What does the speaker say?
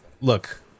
Look